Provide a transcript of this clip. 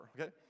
okay